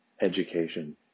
education